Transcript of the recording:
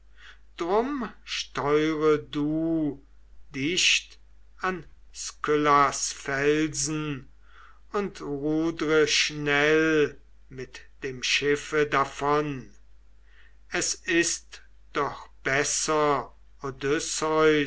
darum steure du dicht an skyllas felsen und rudre schnell mit dem schiffe davon es ist doch besser